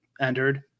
entered